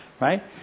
right